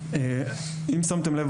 אם שמתם לב,